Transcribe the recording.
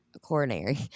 coronary